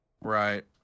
Right